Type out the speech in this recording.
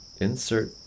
insert